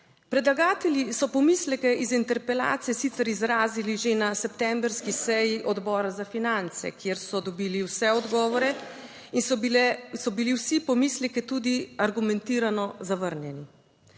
Predlagatelji so pomisleke iz interpelacije sicer izrazili že na septembrski seji Odbora za finance, kjer so dobili vse odgovore in so bili vsi pomisleki tudi argumentirano zavrnjeni.